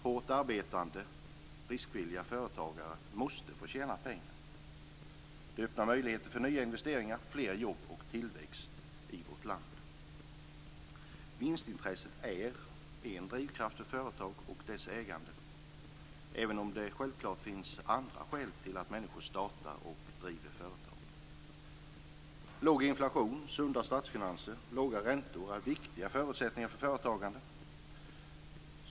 Hårt arbetande, riskvilliga företagare måste få tjäna pengar. Det öppnar möjligheter för nya investeringar, fler jobb och tillväxt i vårt land. Vinstintresset är en drivkraft för företag och deras ägande, även om det självklart finns andra skäl till att människor startar och driver företag. Låg inflation, sunda statsfinanser och låga räntor är viktiga förutsättningar för företagande.